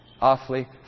Awfully